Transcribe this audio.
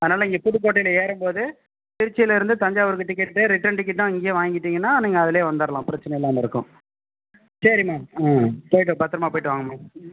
அதனால் இங்கே புதுக்கோட்டையில் ஏறும்போது திருச்சியில்லருந்து தஞ்சாவூருக்கு டிக்கெட் ரிட்டர்ன் டிக்கெட்டும் அங்கேயே வாங்கிட்டிங்கன்னா நீங்கள் அதிலேயே வந்துரலாம் பிரச்சனை இல்லாமல் இருக்கும் சரிம்மா போய்ட்டு பத்திரமா போய்ட்டு வாங்கம்மா